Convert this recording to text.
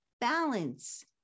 balance